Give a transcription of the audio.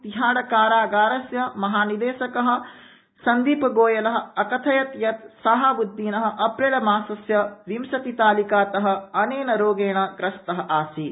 तिहाड़कारागारस्य महानिदेशक संदीप गोयल अकथयत् यत् शहाबुददीन अप्रैलमासस्य विंशति तालिकातः अनेन रोगेण ग्रस्तः आसीत्